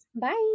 bye